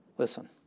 listen